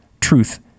truth